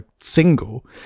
single